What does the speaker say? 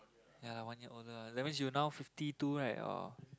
ya one year older that means now you fifty two right or